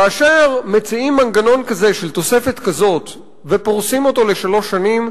כאשר מציעים מנגנון כזה של תוספת כזאת ופורסים אותו לשלוש שנים,